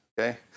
okay